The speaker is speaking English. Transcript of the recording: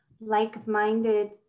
like-minded